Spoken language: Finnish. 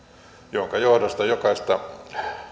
minkä johdosta jokaista